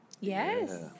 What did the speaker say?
Yes